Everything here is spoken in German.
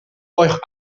euch